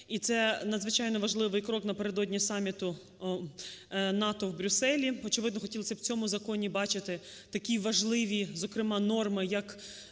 і це надзвичайно важливий крок напередодні саміту НАТО в Брюсселі. Очевидно, хотілося б в цьому законі бачити такі важливі, зокрема, норми як